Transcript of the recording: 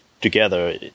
together